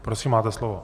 Prosím, máte slovo.